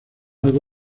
algo